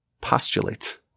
postulate